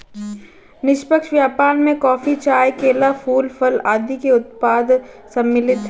निष्पक्ष व्यापार में कॉफी, चाय, केला, फूल, फल आदि के उत्पाद सम्मिलित हैं